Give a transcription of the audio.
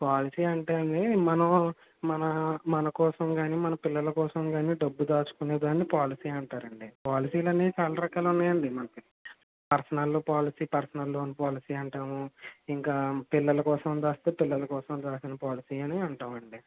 policy అంటే మనం మన మన కోసం కాని మన పిల్లల కోసం కానీ డబ్బు దాచుకునే దాన్ని పోలసీ అంటారండి పాలిసీలనేవి చాలా రకాలు ఉన్నాయండి మనకి personal policy personal loan policy అంటాము ఇంకా పిల్లల కోసం దాస్తే పిల్లల కోసం దాచిన పోలసీ అని అంటామండి